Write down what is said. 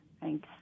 Thanks